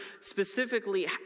specifically